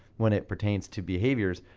when it pertains to behaviors,